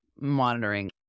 monitoring